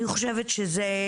אני חושבת שזה,